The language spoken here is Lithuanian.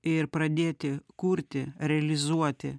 ir pradėti kurti realizuoti